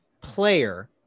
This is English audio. player